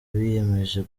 biyemeje